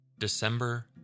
December